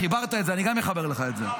חיברת את זה,